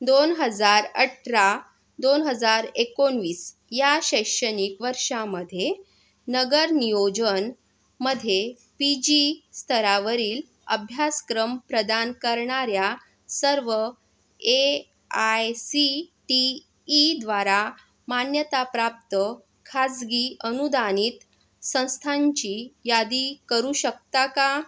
दोन हजार अठरा दोन हजार एकोणवीस या शैक्षणिक वर्षामध्ये नगर नियोजनमध्ये पी जी स्तरावरील अभ्यासक्रम प्रदान करणाऱ्या सर्व ए आय सी टी ईद्वारा मान्यताप्राप्त खाजगी अनुदानित संस्थांची यादी करू शकता का